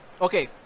okay